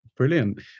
Brilliant